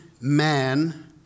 man